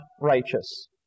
righteous